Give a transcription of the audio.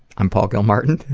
i'm paul gilmartin,